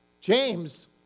James